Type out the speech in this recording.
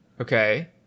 Okay